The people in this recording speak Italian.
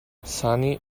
sani